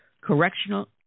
Correctional